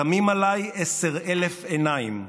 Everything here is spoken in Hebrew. / שמים עליי עשר אלף עיניים.